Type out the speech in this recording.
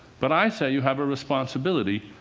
but i say you have a responsibility